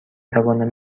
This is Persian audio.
توانم